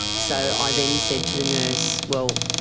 so i then said to the nurse, well,